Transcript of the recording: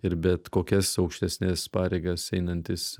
ir bet kokias aukštesnes pareigas einantys